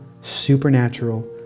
supernatural